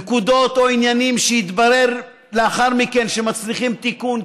נקודות או עניינים שיתברר לאחר מכן שמצריכים תיקון,